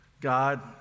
God